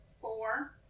four